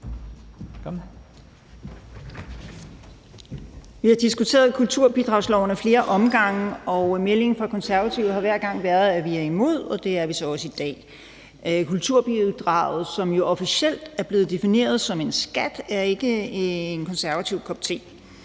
Vi har diskuteret kulturbidragsloven ad flere omgange, og meldingen fra Konservative har hver gang været, at vi er imod, og det er vi så også i dag. Kulturbidraget, som jo officielt er blevet defineret som en skat, er ikke en konservativ kop te.